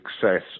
success